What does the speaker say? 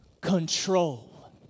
control